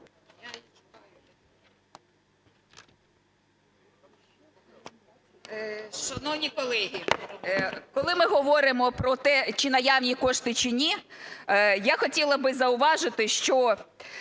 Шановні колеги, коли ми говоримо про те, чи наявні кошти, чи ні, я хотіла б зауважити, що...